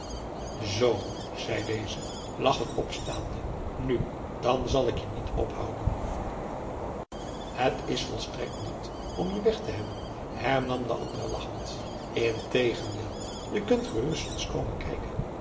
zoo zij deze lachend opstaande nu dan zal ik je niet ophouden het is volstrekt niet om je weg te hebben hernam de andere lachend integendeel je kunt gerust eens komen kijken